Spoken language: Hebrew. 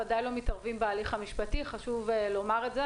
ודאי לא מתערבים בהליך המשפטי וחשוב לומר את זה.